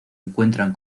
encuentran